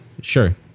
sure